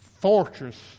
fortress